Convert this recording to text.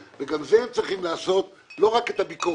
וגם את זה הם צריכים לעשות ולא רק את הביקורת.